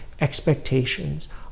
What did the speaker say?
expectations